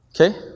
Okay